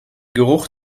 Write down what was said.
geruch